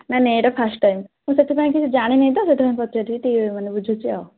ନା ନାଇଁ ଏଇଟା ଫାଷ୍ଟ ଟାଇମ୍ ମୁଁ ସେଥିପାଇଁ କି ଜାଣିନି ତ ସେଥିପାଇଁ ପଚାରିଲି ଟିକେ ମାନେ ବୁଝୁଛି ଆଉ